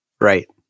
Right